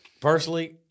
personally